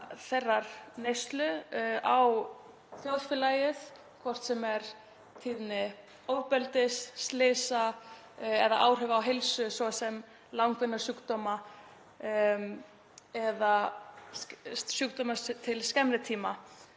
þeirrar neyslu á þjóðfélagið, hvort sem það er tíðni ofbeldis, slysa eða áhrif á heilsu, svo sem langvinnir sjúkdómar eða sjúkdómar til skemmri tíma.